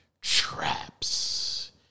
traps